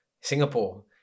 Singapore